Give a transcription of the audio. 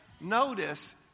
Notice